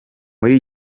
muri